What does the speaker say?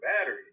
battery